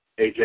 AJ